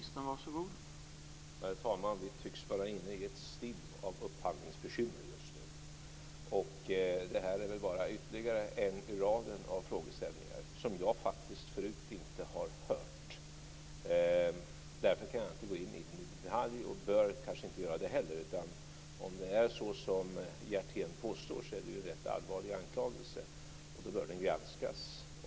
Herr talman! Vi tycks vara inne i ett stim av upphandlingsbekymmer just nu. Det här är väl bara ytterligare en i raden av frågeställningar, som jag faktiskt förut inte har hört. Därför kan jag inte gå in på den i detalj - och bör kanske inte heller göra det. Om det är så som Hjertén påstår är det ju en rätt allvarlig anklagelse, och då bör den granskas.